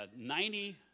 Ninety